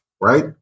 right